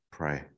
pray